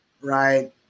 Right